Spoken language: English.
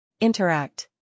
Interact